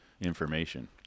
information